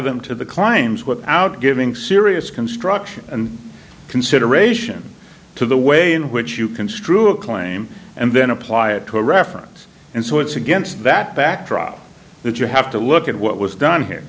them to the climbs without giving serious construction and consideration to the way in which you construe a claim and then apply it to a reference and so it's against that backdrop that you have to look at what was done here